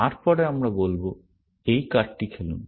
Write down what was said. তারপর আমরা বলব এই কার্ডটি খেলুন